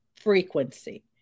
frequency